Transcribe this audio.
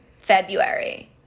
February